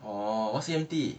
orh what's E_M_T